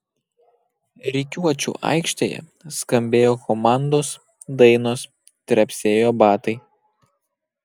rikiuočių aikštėje skambėjo komandos dainos trepsėjo batai